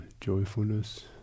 joyfulness